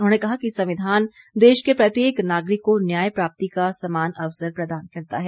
उन्होंने कहा कि संविधान देश के प्रत्येक नागरिक को न्याय प्राप्ति का समान अवसर प्रदान करता है